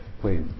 Please